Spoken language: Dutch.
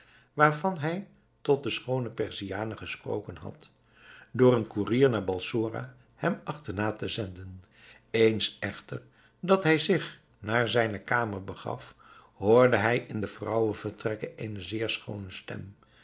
waarvan hij tot de schoone perziane gesproken had door een kourier naar balsora hem achterna te zenden eens echter dat hij zich naar zijne kamer begaf hoorde hij in de vrouwenvertrekken eene zeer schoone stem